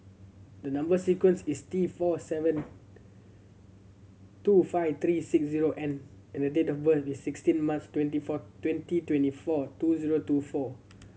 the number sequence is T four seven two five three six zero N and date of birth is sixteen March twenty four twenty twenty four two zero two four